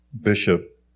bishop